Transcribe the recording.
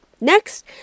next